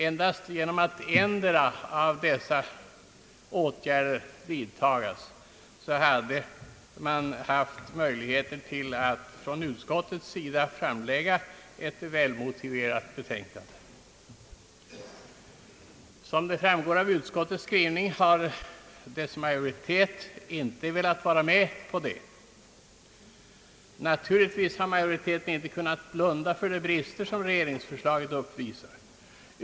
Bara genom att vidta endera av dessa åtgärder hade utskottet haft möjlighet att framlägga ett välmotiverat betänkande. Som framgår av utskottets skrivning har dess socialdemokratiska majoritet inte velat vara med om det. Naturligtvis har inte majoriteten kunnat blunda för de brister som regeringsförslaget uppvisar.